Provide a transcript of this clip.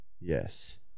yes